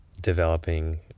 developing